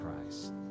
Christ